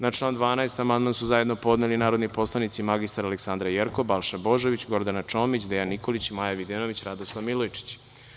Na član 12. amandman su zajedno podneli narodni poslanici mr Aleksandra Jerkov, Balša Božović, Gordana Čomić, Dejan Nikolić, Maja Videnović i Radoslav Milojičić.